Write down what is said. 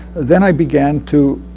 then i began to